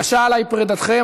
קשה עליי פרידתכם.